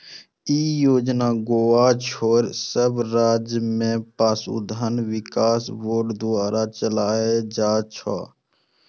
ई योजना गोवा छोड़ि सब राज्य मे पशुधन विकास बोर्ड द्वारा चलाएल जाइ छै